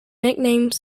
nickname